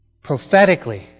prophetically